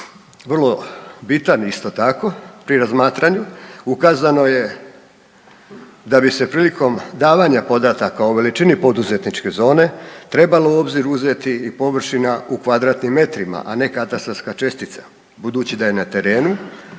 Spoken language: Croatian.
vrlo bitan, isto tako, pri razmatranju. Ukazano je da bi se prilikom davanja podataka o veličini poduzetničke zone trebalo u obzir uzeti i površina u kvadratnim metrima, a ne katastarska čestica, budući da je na terenu